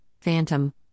Phantom